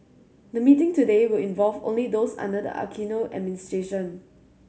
the meeting today will involve only those under the Aquino administration